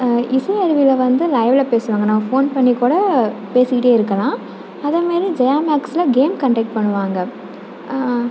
இசையருவியில் வந்து லைவ்வில் பேசுவாங்க நம்ம ஃபோன் பண்ணி கூட பேசிக்கிட்டே இருக்கலாம் அதே மாதிரி ஜெயா மேக்ஸ்சில் கேம் கன்டெக்ட் பண்ணுவாங்க